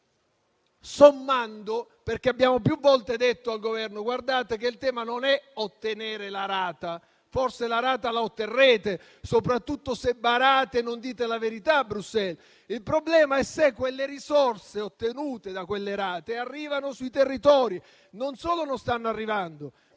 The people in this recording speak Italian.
momento. Abbiamo più volte detto al Governo che il tema non è ottenere la rata (forse la rata la otterrete, soprattutto se barate e non dite la verità a Bruxelles); il problema è se le risorse ottenute da quelle rate arriveranno sui territori. Non solo non stanno arrivando,